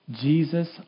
Jesus